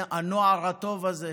הנוער הטוב הזה,